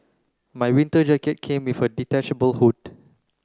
my winter jacket came with a detachable hood